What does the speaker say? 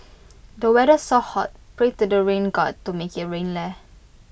the weather's so hot pray to the rain God to make IT rain leh